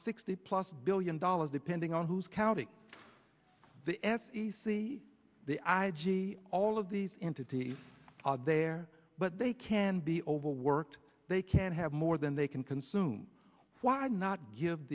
sixty plus billion dollars depending on who's counting the f e c the i g all of these entities are there but they can be overworked they can have more than they can consume why not give